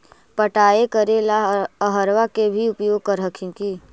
पटाय करे ला अहर्बा के भी उपयोग कर हखिन की?